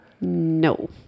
No